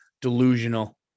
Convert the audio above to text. delusional